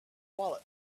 wallet